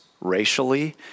racially